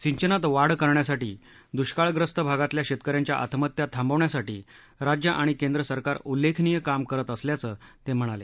सिंचनात वाढ करण्यासाठी दुष्काळग्रस्त भागातल्या शेतकऱ्यांच्या आत्महत्या थांबवण्यासाठी राज्य आणि केंद्र सरकार उल्लेखनीय काम करत असल्याचं ते म्हणाले